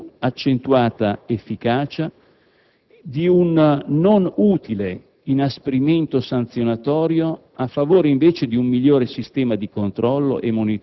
ma anche la necessità di una maggiore disponibilità di risorse, di ridurre i formalismi a favore di una più accentuata efficacia,